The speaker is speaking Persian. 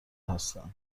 هستن